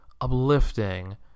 uplifting